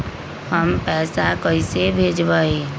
हम पैसा कईसे भेजबई?